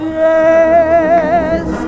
yes